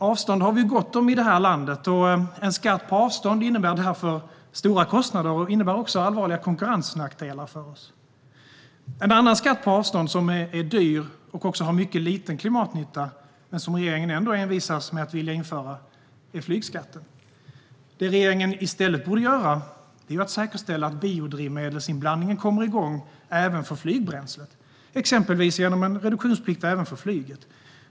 Avstånd har vi ju gott om i det här landet, och en skatt på avstånd innebär därför stora kostnader och allvarliga konkurrensnackdelar för oss. En annan skatt på avstånd som är dyr och har mycket liten klimatnytta, men som regeringen ändå envisas med att vilja införa, är flygskatten. Det regeringen i stället borde göra är ju att säkerställa att biodrivmedelsinblandningen kommer igång även för flygbränslet, exempelvis genom en reduktionsplikt även för flyget.